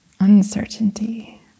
Uncertainty